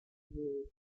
the